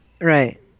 Right